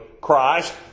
Christ